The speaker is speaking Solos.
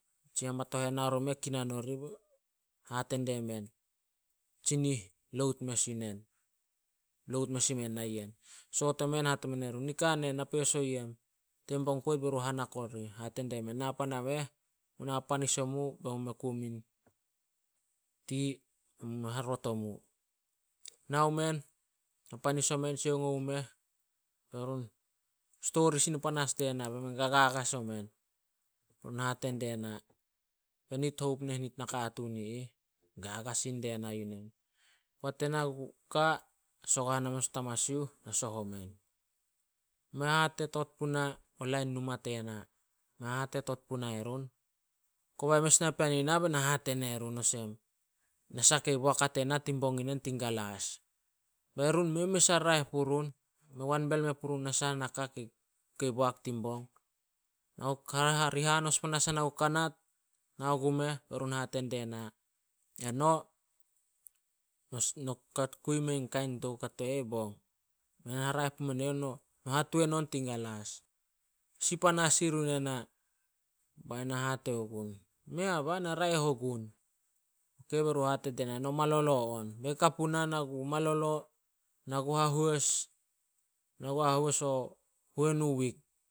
Nitsi hamatohen nao rimeh, kinan orih hate die men, "Tsinih load mes yu nen." Load mes i men nayen. Soot omen, hate men erun, "Nika nen na peso yem." Tin bong poit berun hanak orih. Hate die men, "Na pan ameh, mu na hapanis omu, be mu me kuo mun tea, mu me harrot omu." Nao men, hapanis omen, sioung omu meh. Be run stori sin o panas sin de na, be men gagagas omen. Run hate die na, "Be nit houp neh nit nakatuun i ih." Gagas sin die na yu nen. Poat ena gu ka, hasagohan amanas guo tamasiuh, na soh omen. Mei hatetot puna o lain numa tena. Me hatetot punai run. Kobai mes napean i na be na hate ne run olsem, nasah kei boak a tena tin bong inen tin galas. Be run mei mes a raeh purun, mei a wanbel me purun na saha naka kei- kei boak tin bong. Ri hanos panas ena ku kanat nao gumeh be run hate die na, "Eno, no kui mein kain toukato eh bong. Mei haraeh pumen eyouh. No hatoun on tin galas." Si panas erun ena. Bai na hate ogun, "Mei a bah, na raeh ogun." Ok, be run hate die na no malolo on. Bei ka puna na gu malolo, na gu hahois. Na gu hahois o huenu wik.